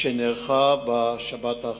שנערכה בשבת האחרונה.